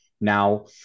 Now